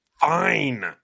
Fine